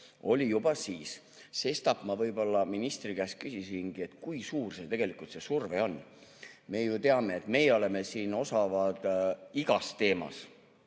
olid juba siis. Sestap ma ministri käest küsisingi, kui suur tegelikult see surve on. Me ju teame, et meie oleme siin osavad igal teemal